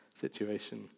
situation